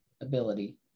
ability